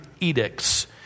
edicts